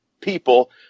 people